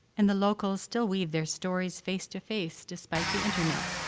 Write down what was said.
and the locals still weave their stories face to face despite the internet.